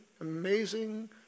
amazing